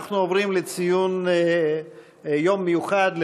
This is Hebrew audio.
אנחנו עוברים לציון יום מיוחד,